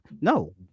no